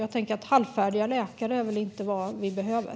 Jag tänker att halvfärdiga läkare väl inte är vad vi behöver.